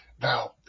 Now